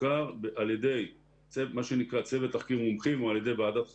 מתוחקר על ידי מה שנקרא צוות תחקיר מומחים או על ידי ועדת חקירה,